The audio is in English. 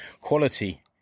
quality